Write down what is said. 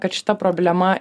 kad šita problema